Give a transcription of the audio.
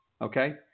Okay